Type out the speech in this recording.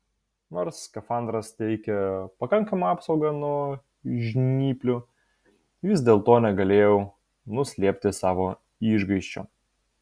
nors skafandras teikė pakankamą apsaugą nuo žnyplių vis dėlto negalėjau nuslėpti savo išgąsčio